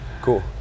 Cool